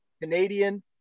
Canadian